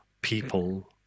people